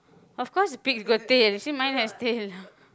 of course pig got tail you see mine has tail